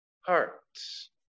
hearts